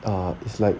err is like